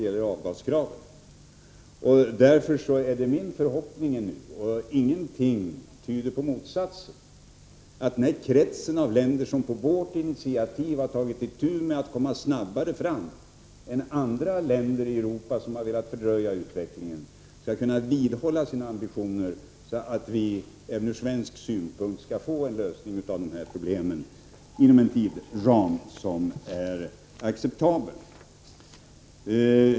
Således är det fortfarande min förhoppning att — och ingenting tyder på motsatsen — den krets av länder som på vårt initiativ har tagit itu med detta för att snabbare komma fram, skall kunna hålla fast vid sina ambitioner, så att även vi i Sverige kan få en lösning på de här problemen inom en tidsram som är acceptabel.